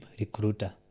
recruiter